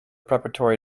preparatory